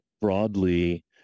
broadly